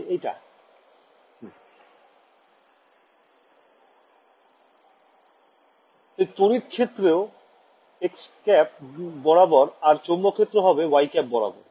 তাই তড়িৎ ক্ষেত্র xˆ বরাবর আর চৌম্বক ক্ষেত্র হবে yˆ বরাবর